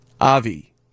Avi